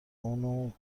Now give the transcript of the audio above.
اونو